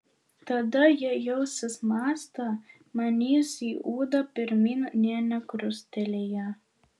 tada jie jausis mąstą manys į ūdą pirmyn nė nekrustelėję